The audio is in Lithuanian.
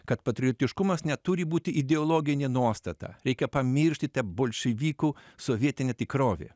kad patriotiškumas neturi būti ideologinė nuostata reikia pamiršti te bolševikų sovietinę tikrovę